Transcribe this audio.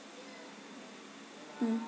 mm